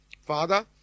Father